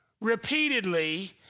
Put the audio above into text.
repeatedly